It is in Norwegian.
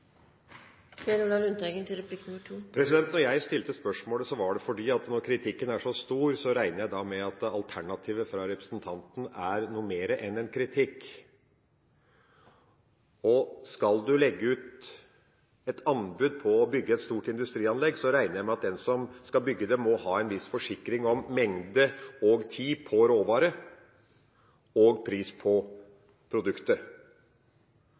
jeg stilte spørsmålet, var det fordi at når kritikken er så sterk, regner jeg med at alternativet fra representanten er noe mer enn en kritikk. Skal man legge ut et anbud for å bygge et stort industrianlegg, regner jeg med at den som skal bygge det, må ha en viss forsikring om mengde av råvaren og pris på produktet. Et svar på pris på produktet